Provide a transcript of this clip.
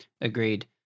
Agreed